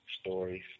stories